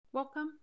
Welcome